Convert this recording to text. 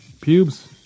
pubes